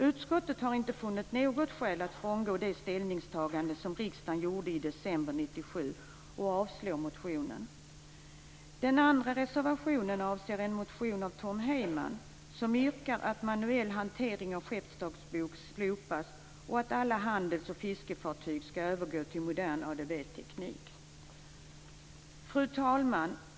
Utskottet har inte funnit något skäl att frångå det ställningstagande som riksdagen gjorde i december Heyman, som yrkar att manuell hantering av skeppsdagbok slopas och att alla handels och fiskefartyg skall övergå till modern ADB-teknik. Fru talman!